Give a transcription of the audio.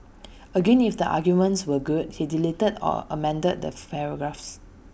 again if the arguments were good he deleted or amended the paragraphs